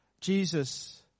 Jesus